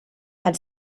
had